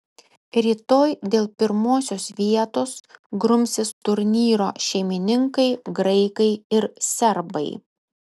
rytoj dėl pirmosios vietos grumsis turnyro šeimininkai graikai ir serbai